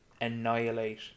annihilate